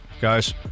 guys